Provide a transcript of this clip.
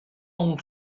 all